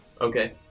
Okay